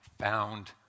found